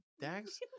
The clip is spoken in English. Dax